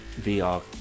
VR